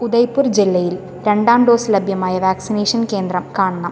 ഉദയ്പൂർ ജില്ലയിൽ രണ്ടാം ഡോസ് ലഭ്യമായ വാക്സിനേഷൻ കേന്ദ്രം കാണണം